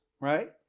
right